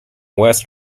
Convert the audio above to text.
west